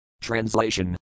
Translation